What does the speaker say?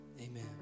amen